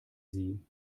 sie